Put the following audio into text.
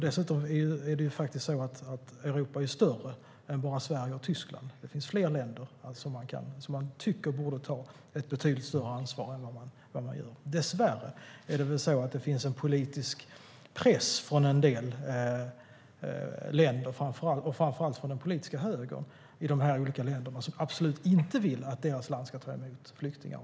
Dessutom är Europa större än bara Sverige och Tyskland. Det finns fler länder som borde ta ett betydligt större ansvar än vad de gör. Dessvärre finns det en politisk press i vissa länder, framför allt från den politiska högern, som innebär att de absolut inte vill ta emot flyktingar.